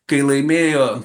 kai laimėjo